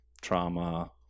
trauma